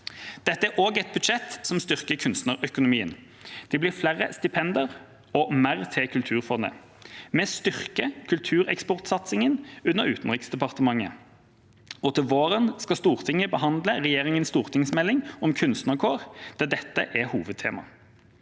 Dette er også et budsjett som styrker kunstnerøkonomien. Det blir flere stipender og mer til kulturfondet. Vi styrker kultureksportsatsingen under Utenriksdepartementet, og til våren skal Stortinget behandle regjeringas stortingsmelding om kunstnerkår, der dette er hovedtema.